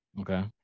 Okay